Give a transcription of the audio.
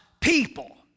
people